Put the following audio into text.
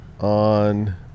On